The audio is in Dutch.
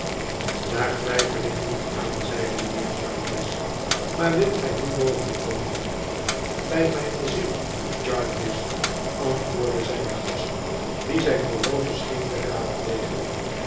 daar twijfel ik niet aan zeide mijnheer jarndyce maar wilt gij nu bovenkomen bij mijne ziel jarndyce antwoordde zijn gast die zijn horloge scheen te raadplegen